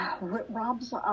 robs